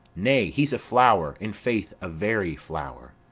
nay, he's a flower, in faith a very flower.